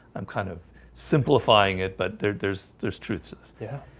i'm kind of simplifying it. but there there's there's truths. yeah,